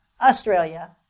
Australia